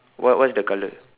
what what is the color